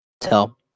tell